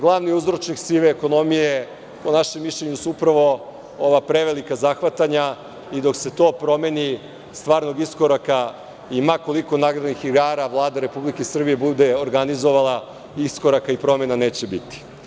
Glavni uzročnik sive ekonomije po našem mišljenju su upravo ova prevelika zahvatanja i dok se to promeni, stvar od iskoraka i ma koliko nagradnih igara Vlada Republike Srbije bude organizovala, iskoraka i promena neće biti.